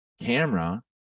camera